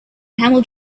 camel